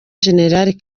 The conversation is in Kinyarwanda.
gen